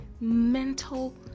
mental